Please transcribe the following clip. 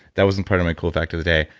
that wasn't part of my cool fact of the day.